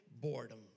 boredom